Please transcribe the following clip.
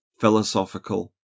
philosophical